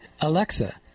Alexa